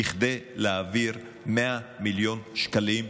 כדי להעביר 100 מיליון שקלים,